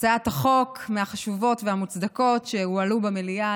הצעת חוק מהחשובות והמוצדקות שהועלו במליאה,